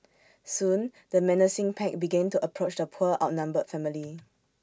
soon the menacing pack began to approach the poor outnumbered family